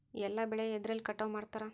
ಎಲ್ಲ ಬೆಳೆ ಎದ್ರಲೆ ಕಟಾವು ಮಾಡ್ತಾರ್?